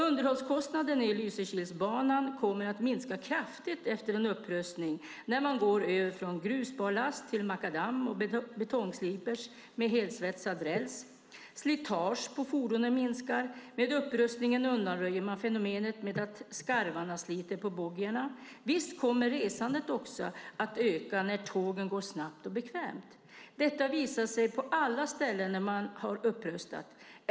Underhållskostnaderna för Lysekilsbanan kommer att minska kraftigt efter en upprustning, när man går över från grusbarlast till makadam och betongslipers med helsvetsad räls. Slitaget på fordonen minskar; med upprustningen undanröjer man fenomenet med att skarvarna sliter på boggierna. Även resandet kommer att öka när tågen går snabbt och bekvämt. Detta visar sig på alla ställen där man upprustat.